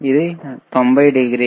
ఇది 90 డిగ్రీ